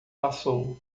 passou